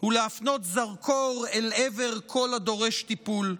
ולהפנות זרקור אל עבר כל הדורש טיפול.